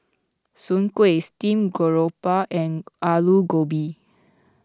Soon Kway Steam Garoupa and Aloo Gobi